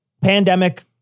pandemic-